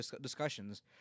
discussions